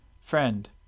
Friend